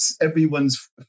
everyone's